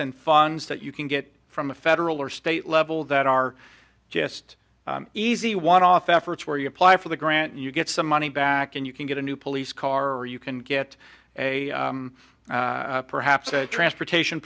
and funds that you can get from the federal or state level that are just easy one off efforts where you apply for the grant you get some money back and you can get a new police car you can get a perhaps a transportation